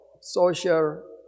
social